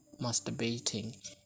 masturbating